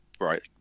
right